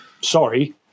sorry